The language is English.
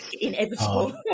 Inevitable